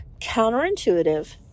counterintuitive